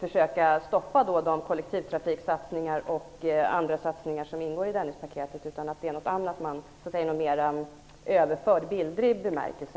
försöka stoppa de kollektivtrafiksatsningar och andra satsningar som ingår i Dennispaketet, utan det kan alltså vara något annat de talar om, i mera överförd, bildlig bemärkelse.